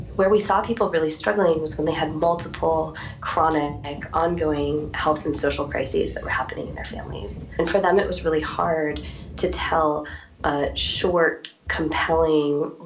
where we saw people really struggling was when they had multiple chronic like ongoing health and social crises that were happening in their families, and for them it was really hard to tell a short, compelling,